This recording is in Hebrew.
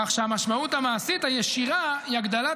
כך שהמשמעות המעשית הישירה היא הגדלת